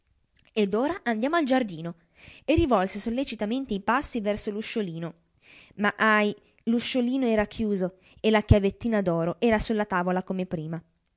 ed ora andiamo al giardino e rivolse sollecitamente i passi verso l'usciolino ma ahi l'usciolino era chiuso e la chiavettina d'oro era sulla tavola come prima